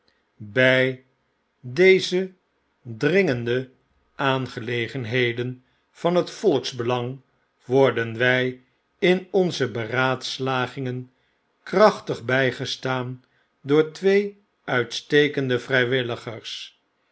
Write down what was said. bj deze dringende aangelegenheden van het volksbelang worden wjj in onze beraadslagingen krachtig bygestaan door twee uitstekende vrywilligers